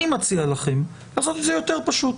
אני מציע לכם לעשות את זה יותר פשוט.